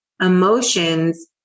emotions